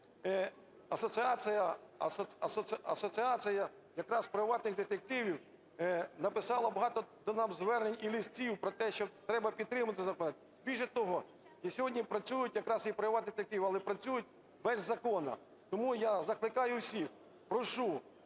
Асоціація якраз приватних детективів написала багато нам звернень і листів про те, що треба підтримувати законопроект. Більше того, і сьогодні працюють якраз приватні детективи, але працюють без закону. Тому я закликаю всіх, прошу